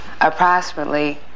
approximately